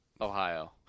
Ohio